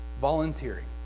volunteering